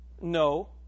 No